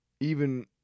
even-